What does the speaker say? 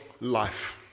life